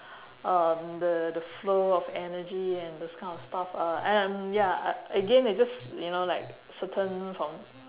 um the the flow of energy and those kind of stuff uh and ya again it just you know like certain from